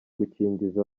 gukingiza